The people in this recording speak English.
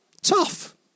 Tough